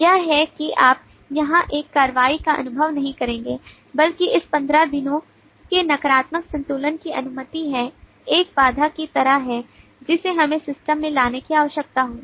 यह है कि आप यहां एक कार्रवाई का अनुभव नहीं करेंगे बल्कि इस 15 दिनों के नकारात्मक संतुलन की अनुमति है एक बाधा की तरह है जिसे हमें सिस्टम में लाने की आवश्यकता होगी